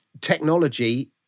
Technology